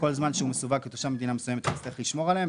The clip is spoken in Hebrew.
כל זמן שהוא מסווג כתושב מדינה מסוימת הוא צריך לשמור עליהם.